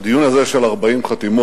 הדיון הזה, בעקבות 40 חתימות,